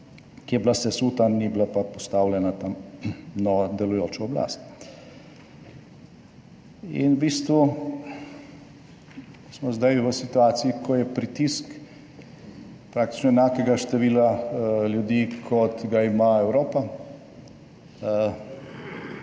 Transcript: ki je bila sesuta, ni bila pa postavljena tam nova delujoča oblast. In v bistvu smo zdaj v situaciji, ko je pritisk praktično enakega števila ljudi, kot ga ima Evropa,